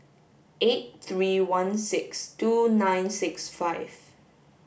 eight three one six two nine six five